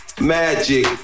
magic